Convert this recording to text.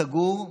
הסגור,